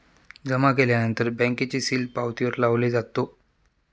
जमा केल्यानंतर बँकेचे सील पावतीवर लावले जातो